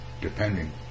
depending